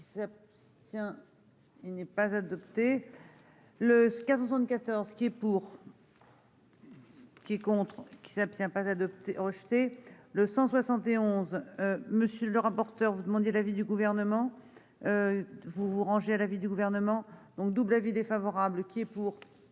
Qui s'abstient. Il n'est pas adopté. Le ce 94. Qui est pour.-- Qui contrôle qui s'abstient pas adopté acheter. Le 171. Monsieur le rapporteur. Vous demandez l'avis du gouvernement. Vous vous ranger à l'avis du gouvernement, donc double avis défavorable. Qui est pour.